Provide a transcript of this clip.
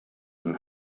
and